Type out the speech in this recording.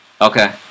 Okay